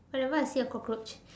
whenever I see a cockroach